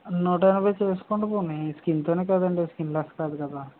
నూటేనభై చేసుకోండి పోనీ స్కిన్తోనే కదండీ స్కిన్ లెస్ కాదు కదా